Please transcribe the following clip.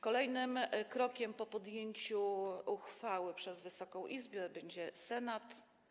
Kolejnym etapem po podjęciu uchwały przez Wysoką Izbę będzie Senat.